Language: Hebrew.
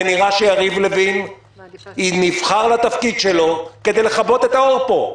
זה נראה שיריב לוין נבחר לתפקיד שלו כדי לכבות את האור פה.